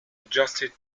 adjusted